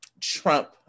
Trump